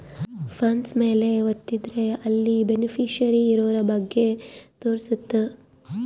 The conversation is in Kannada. ಫಂಡ್ಸ್ ಮೇಲೆ ವತ್ತಿದ್ರೆ ಅಲ್ಲಿ ಬೆನಿಫಿಶಿಯರಿ ಇರೋರ ಬಗ್ಗೆ ತೋರ್ಸುತ್ತ